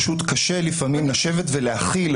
פשוט קשה לפעמים לשבת ולהכיל,